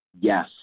Yes